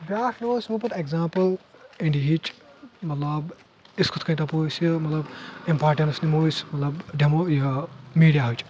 بیٛاکھ نِمو أسۍ أسۍ نِمو پتہٕ اٮ۪کزامپٕل انڈی ہِچ مطلب أسۍ کِتھ کٔنۍ دپو أسۍ یہِ مطلب امپاٹٮ۪نٕس نِمو أسۍ ملطب ڈیمو ملطب میٖڈیاہٕچ